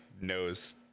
knows